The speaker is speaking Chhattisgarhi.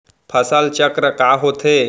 फसल चक्र का होथे?